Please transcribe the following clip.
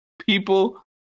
people